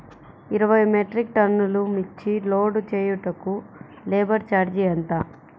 ఇరవై మెట్రిక్ టన్నులు మిర్చి లోడ్ చేయుటకు లేబర్ ఛార్జ్ ఎంత?